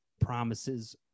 promises